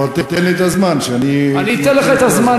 מאשימים את ערוץ 10 במה שהם